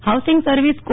housing service કો